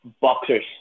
boxers